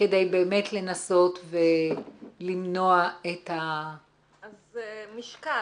כדי לנסות ולמנוע את ה- -- משקל.